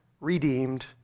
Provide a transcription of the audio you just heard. redeemed